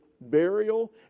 burial